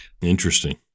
Interesting